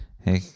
hey